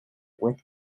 with